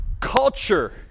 Culture